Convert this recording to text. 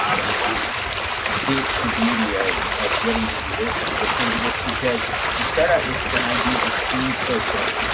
out of a bounce house. see, the beauty of of getting to do this and listening to and this, because you start out with an idea that seems so foreign.